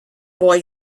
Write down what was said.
boy